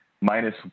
Minus